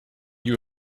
you